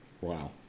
Wow